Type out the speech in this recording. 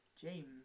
James